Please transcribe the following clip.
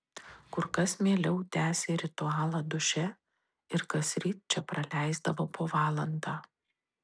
kur kas mieliau tęsė ritualą duše ir kasryt čia praleisdavo po valandą